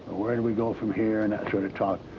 where do we go from here? and that sort of talk.